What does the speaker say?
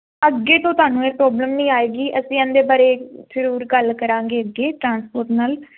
ਅੱਗੇ ਤੋਂ ਤੁਹਾਨੂੰ ਇਹ ਪ੍ਰੋਬਲਮ ਨਹੀਂ ਆਏਗੀ ਅਸੀਂ ਇਹਦੇ ਬਾਰੇ ਜਰੂਰ ਗੱਲ ਕਰਾਂਗੇ ਅੱਗੇ ਟਰਾਂਸਪੋਰਟ ਨਾਲ